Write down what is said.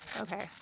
Okay